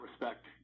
respect